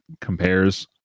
compares